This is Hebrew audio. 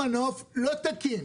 המנוף לא תקין.